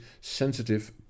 sensitive